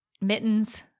mittens